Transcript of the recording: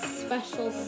special